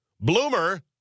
Bloomer